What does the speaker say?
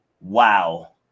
wow